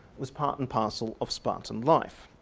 was part and parcel of spartan life.